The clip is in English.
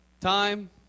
time